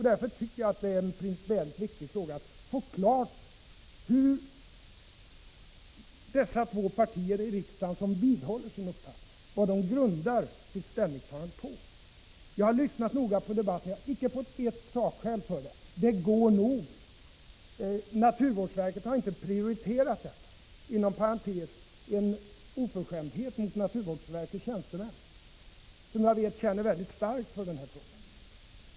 Därför tycker jag att det är principiellt viktigt att få klargjort vad de två partier i riksdagen som vidhåller sin uppfattning grundar sitt ställningstagande på. Jag har lyssnat noga till debatten. Jag har inte fått ett enda sakskäl för denna ståndpunkt. Det går nog, sägs det. Och vidare: Naturvårdsverket har inte prioriterat detta. — Det är inom parentes en oförskämdhet mot naturvårdsverkets tjänstemän, som känner mycket starkt för den här frågan. Det vet jag.